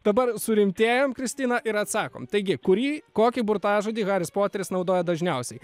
dabar surimtėjam kristina ir atsakom taigi kurį kokį burtažodį haris poteris naudoja dažniausiai